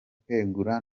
kwegura